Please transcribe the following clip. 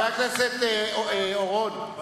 חבר הכנסת אורון,